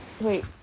wait